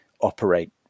operate